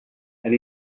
and